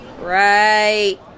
Right